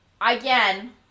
again